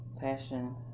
passion